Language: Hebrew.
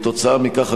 כתוצאה מכך,